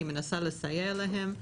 היא מנסה לסייע להן.